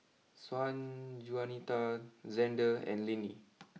Sanjuanita Zander and Linnie